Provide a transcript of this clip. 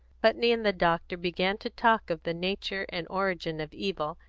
putney and the doctor began to talk of the nature and origin of evil,